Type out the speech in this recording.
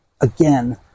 again